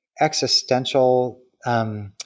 existential